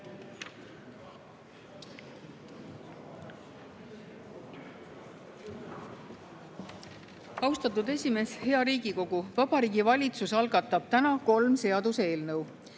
Austatud esimees! Hea Riigikogu! Vabariigi Valitsus algatab täna kolm seaduseelnõu.